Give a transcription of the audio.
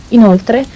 Inoltre